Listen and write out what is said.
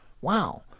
wow